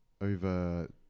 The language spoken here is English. over